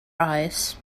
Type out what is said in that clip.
eyes